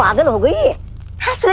um and we have so